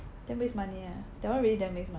damn waste money ah that one really damn waste money